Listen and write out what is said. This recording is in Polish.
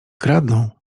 kradną